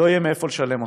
לא יהיה מאיפה לשלם אותן.